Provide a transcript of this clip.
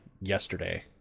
yesterday